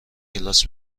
کلاس